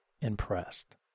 impressed